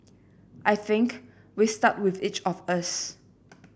I think we start with each of us